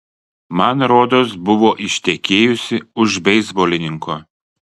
man rodos buvo ištekėjusi už beisbolininko